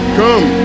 come